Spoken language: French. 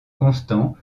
constant